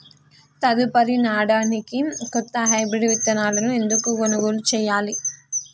తదుపరి నాడనికి కొత్త హైబ్రిడ్ విత్తనాలను ఎందుకు కొనుగోలు చెయ్యాలి?